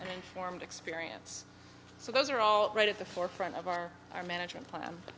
and informed experience so those are all right at the forefront of our our management plan